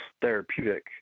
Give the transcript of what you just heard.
therapeutic